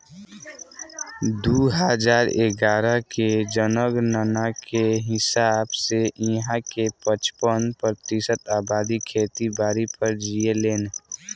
दू हजार इग्यारह के जनगणना के हिसाब से इहां के पचपन प्रतिशत अबादी खेती बारी पर जीऐलेन